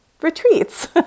retreats